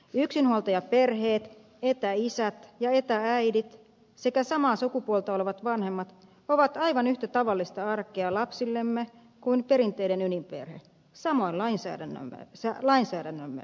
yksinhuoltajaperheet etäisät ja etä äidit sekä samaa sukupuolta olevat vanhemmat ovat aivan yhtä tavallista arkea lapsillemme kuin perinteinen ydinperhe samoin lainsäädännöllemme